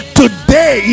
today